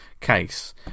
case